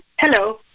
Hello